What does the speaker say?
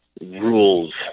rules